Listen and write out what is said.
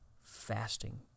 fasting